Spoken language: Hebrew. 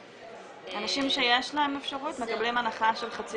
אנשים שיש להם אפשרות מקבלים הנחה של חצי